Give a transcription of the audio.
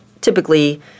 typically